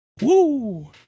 Woo